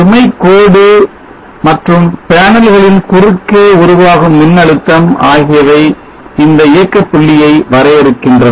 சுமைகோடு மற்றும் பேனல்களின் குறுக்கே உருவாகும் மின்னழுத்தம் ஆகியவை இந்த இயக்க புள்ளியை வரையறுக்கின்றன